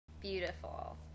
Beautiful